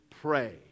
pray